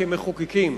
כמחוקקים.